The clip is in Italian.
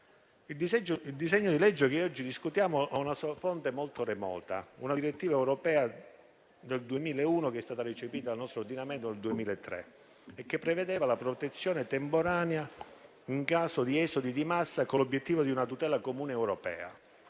Il disegno di legge che oggi discutiamo ha una fonte molto remota, una direttiva europea del 2001, che è stata recepita nel nostro ordinamento nel 2003 e che prevedeva la protezione temporanea in caso di esodi di massa, con l'obiettivo di una tutela comune europea,